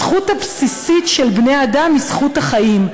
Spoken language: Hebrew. הזכות הבסיסית של בני-האדם היא זכות החיים,